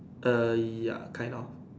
err ya kind of